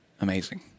amazing